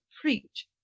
preach